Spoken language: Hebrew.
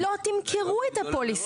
אז אתם לא תמכרו את הפוליסה.